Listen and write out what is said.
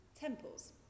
temples